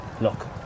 look